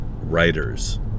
writers